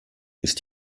ist